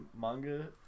manga